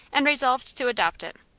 and resolved to adopt it.